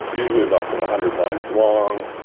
usually less than a hundred lines long.